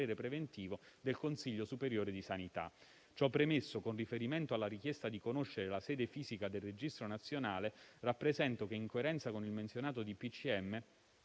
preventivo del Consiglio superiore di sanità. Ciò premesso, con riferimento alla richiesta di conoscere la sede fisica del registro nazionale, rappresento che, in coerenza con il menzionato decreto